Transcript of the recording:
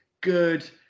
good